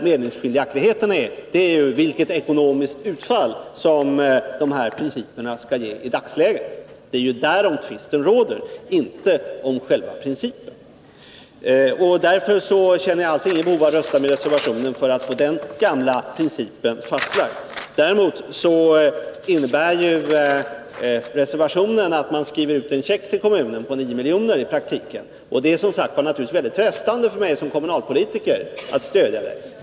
Meningsskiljaktigheten gäller vilket ekonomiskt utfall som de principerna skall ge i dagsläget — det är därom tvisten råder, inte om själva principerna. Därför känner jag inget behov av att rösta med reservationen för att få de gamla principerna fastlagda. Däremot innebär ju reservationen i praktiken att man skriver ut en check till kommunen på 9 milj.kr. Och det är naturligtvis mycket frestande för mig som kommunalpolitiker att stödja det förslaget.